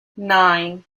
nine